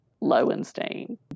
Lowenstein